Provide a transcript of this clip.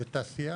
בתעשייה,